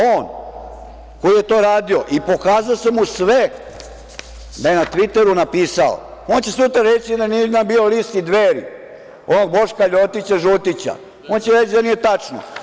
On koji je to radio i pokazao sam mu sve da je na "Tviteru" napisao, on će sutra reći da nije bio na listi Dveri, onog Boška Ljotića žutića, on će reći da nije tačno.